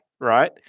right